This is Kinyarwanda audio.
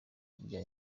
njya